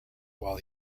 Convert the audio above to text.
while